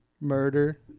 murder